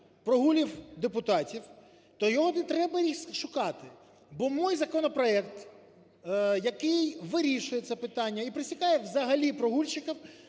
прогулів депутатів, то його не треба й шукати. Бо мій законопроект, який вирішує це питання і присікає взагалі прогульщиків,